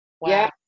Wow